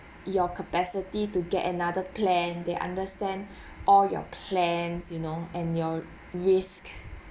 your capacity to get another plan they understand all your plans you know and your risk